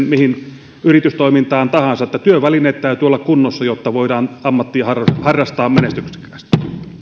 mihin yritystoimintaan tahansa niin työvälineiden täytyy olla kunnossa jotta voidaan ammattia harrastaa menestyksekkäästi